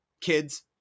kids